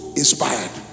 inspired